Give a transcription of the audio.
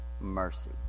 mercy